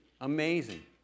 Amazing